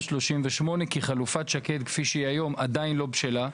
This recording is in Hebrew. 38 כי חלופת שקד כפי שהיא היום עדיין לא בשלה.